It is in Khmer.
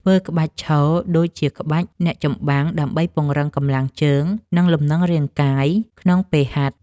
ធ្វើក្បាច់ឈរ ដូចជាក្បាច់អ្នកចម្បាំង ដើម្បីពង្រឹងកម្លាំងជើង និងលំនឹងរាងកាយក្នុងពេលហាត់។